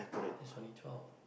is only twelve